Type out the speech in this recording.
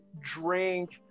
drink